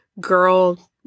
Girl